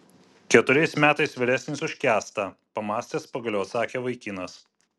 keturiais metais vyresnis už kęstą pamąstęs pagaliau atsakė vaikinas